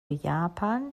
japan